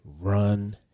Run